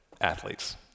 athletes